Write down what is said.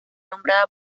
nombrada